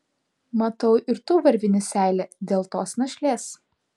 matau ir tu varvini seilę dėl tos našlės